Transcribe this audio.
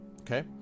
Okay